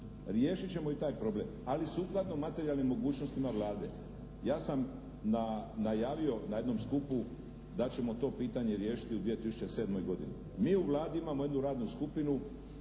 riješit ćemo i taj problem, ali sukladno materijalnim mogućnostima Vlade. Ja sam najavio na jednom skupu da ćemo to pitanje riješiti u 2007. godini. Mi u Vladi imamo jednu radnu skupinu